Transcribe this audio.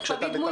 כשאתה מתרגם,